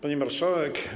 Pani Marszałek!